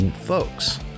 Folks